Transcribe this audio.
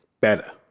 better